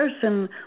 person